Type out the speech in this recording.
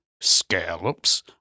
scallops